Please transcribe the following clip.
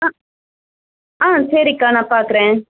ஆ ஆ சரிக்கா நான் பார்க்குறேன்